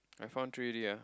I found three already ya